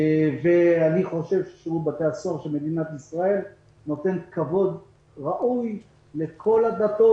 אני חושב ששירות בתי הסוהר של מדינת ישראל נותן כבוד ראוי לכל הדתות,